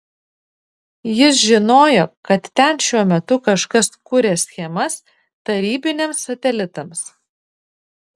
jis žinojo kad ten šiuo metu kažkas kuria schemas tarybiniams satelitams